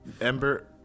Ember